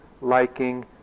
liking